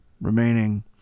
remaining